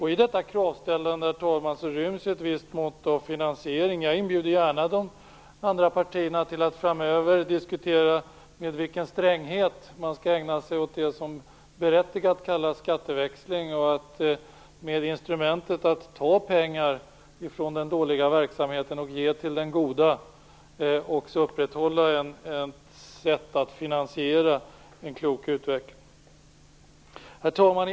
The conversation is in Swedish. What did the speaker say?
I detta kravställande ryms ju ett visst mått av finansiering, herr talman. Jag inbjuder gärna de andra partierna till att diskutera med vilken stränghet man framöver skall ägna sig åt det som berättigat kallas skatteväxling, dvs. att med instrumentet att ta pengar från den dåliga verksamheten och ge till den goda också upprätthålla ett sätt att finansiera en klok utveckling. Herr talman!